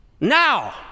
Now